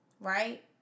right